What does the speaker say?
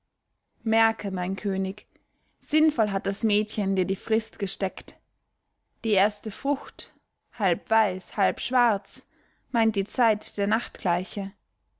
merke mein könig sinnvoll hat das mädchen dir die frist gesteckt die erste frucht halb weiß halb schwarz meint die zeit der